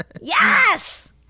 yes